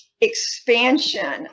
expansion